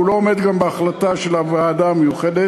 והוא לא עומד גם בהחלטה של הוועדה המיוחדת.